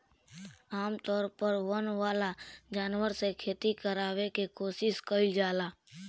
आमतौर पर वन वाला जानवर से खेती करावे के कोशिस कईल जाला